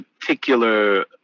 particular